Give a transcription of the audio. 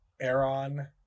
Aaron